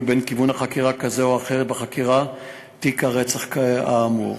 ובין כיוון חקירה כזה או אחר בחקירת תיק הרצח האמור.